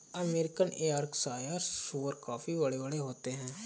American Yorkshire सूअर काफी बड़े बड़े होते हैं